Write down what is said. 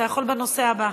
אתה יכול בנושא הבא.